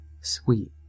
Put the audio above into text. sweet